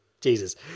Jesus